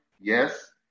Yes